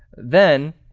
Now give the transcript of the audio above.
then,